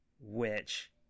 Which-